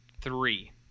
three